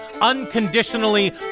unconditionally